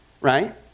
right